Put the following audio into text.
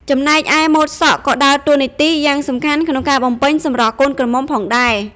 ចំណែកឯម៉ូតសក់ក៏ដើរតួនាទីយ៉ាងសំខាន់ក្នុងការបំពេញសម្រស់កូនក្រមុំផងដែរ ។